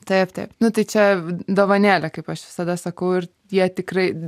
taip taip nu tai čia dovanėlė kaip aš visada sakau ir jie tikrai